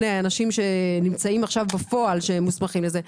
אנשים שנמצאים עכשיו בפועל שמוסמכים לזה,